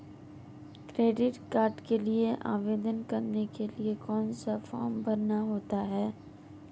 Credit card के लिए आवेदन करने के लिए कौन सा फॉर्म भरना होता है?